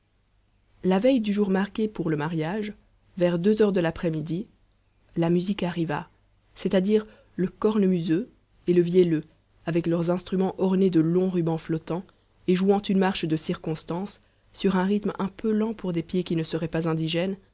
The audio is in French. la veille du jour marqué pour le mariage vers deux heures de l'après-midi la musique arriva c'est-à-dire le cornemuseux et le vielleux avec leurs instruments ornés de longs rubans flottants et jouant une marche de circonstance sur un rythme un peu lent pour des pieds qui ne seraient pas indigènes